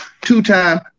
two-time